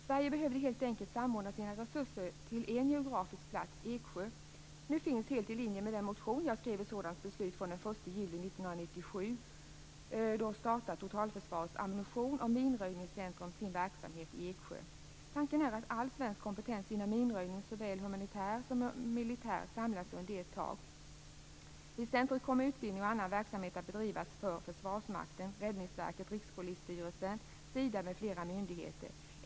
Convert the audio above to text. Sverige behövde helt enkelt samordna sina resurser till en geografisk plats - Eksjö. Nu finns, helt i linje med den motion jag väckte, ett sådant beslut. Den 1 juli 1997 startar Totalförsvarets ammunitions och minröjningscentrum sin verksamhet i Eksjö. Tanken är att all svensk kompetens inom minröjning, såväl humanitär som militär, samlas under ett tak. Vid centrumet kommer utbildning och annan verksamhet att bedrivas för Försvarsmakten, Räddningsverket, Rikspolisstyrelsen, Sida m.fl. myndigheter.